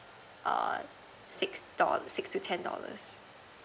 err six doll~ six to ten dollars